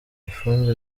ifumbire